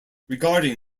regarding